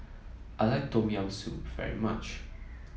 I like Tom Yam Soup very much